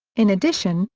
in addition,